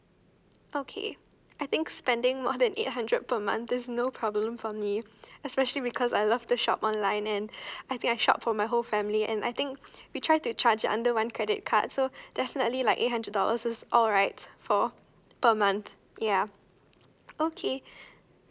okay I think spending more than eight hundred per month there is no problem for me especially because I love to shop online and I think I shop for my whole family and I think we try to charge under one credit card so definitely like eight hundred dollars is all right for per month ya okay